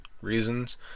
reasons